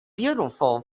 beautiful